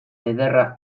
ederra